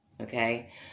Okay